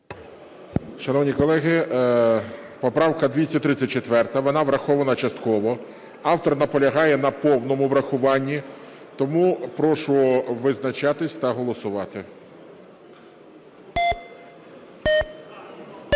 Шановні колеги, поправка 234, вона врахована частково. Автор наполягає на повному врахуванні. Тому прошу визначатись та голосувати.